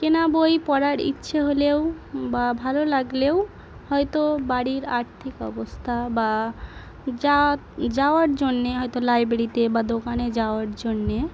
কেনা বই পড়ার ইচ্ছে হলেও বা ভালো লাগলেও হয়তো বাড়ির আর্থিক অবস্থা বা যা যাওয়ার জন্যে হয়তো লাইব্রেরিতে বা দোকানে যাওয়ার জন্যে